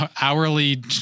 Hourly